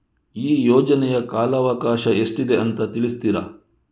ಈ ಯೋಜನೆಯ ಕಾಲವಕಾಶ ಎಷ್ಟಿದೆ ಅಂತ ತಿಳಿಸ್ತೀರಾ?